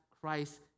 Christ